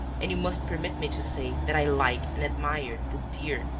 and you must permit me to say that i like and admire the dear,